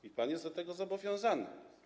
I pan jest do tego zobowiązany.